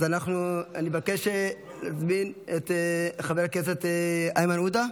אז אני מבקש להזמין את חבר הכנסת איימן עודה,